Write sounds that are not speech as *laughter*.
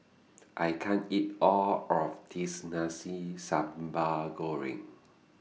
*noise* I can't eat All of This Nasi Sambal Goreng